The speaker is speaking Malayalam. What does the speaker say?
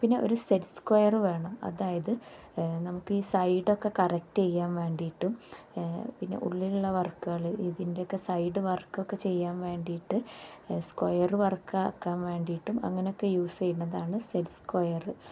പിന്നെ ഒരു സെഡ് സ്ക്വയറ് വേണം അതായത് നമുക്ക് ഈ സൈഡൊക്കെ കറക്റ്റ് ചെയ്യാൻ വേണ്ടിയിട്ടും പിന്നെ ഉള്ളിലുള്ള വർക്കുകൾ ഇതിൻ്റെയൊക്കെ സൈഡ് വർക്കൊക്കെ ചെയ്യാൻ വേണ്ടിയിട്ട് സ്ക്വയറ് വർക്ക് ആക്കാൻ വേണ്ടിയിട്ടും അങ്ങനൊക്കെ യൂസ് ചെയ്യുന്നതാണ് സെഡ് സ്ക്വയറ്